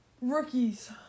rookies